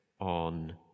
on